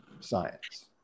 Science